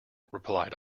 replied